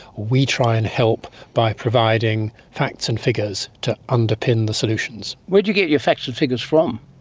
we try and help by providing facts and figures to underpin the solutions. where do you get your facts and figures from?